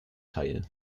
teil